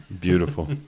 Beautiful